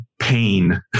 pain